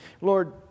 Lord